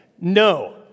no